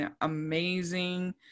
amazing